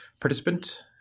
participant